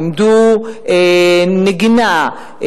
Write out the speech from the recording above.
לימדו נגינה,